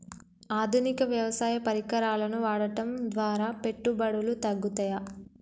ఆధునిక వ్యవసాయ పరికరాలను వాడటం ద్వారా పెట్టుబడులు తగ్గుతయ?